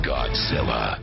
Godzilla